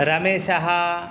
रमेशः